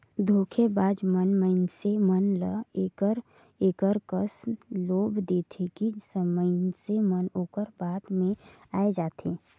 धोखेबाज मन मइनसे मन ल एकर एकर कस लोभ देथे कि मइनसे मन ओकर बात में आए जाथें